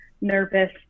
nervous